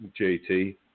JT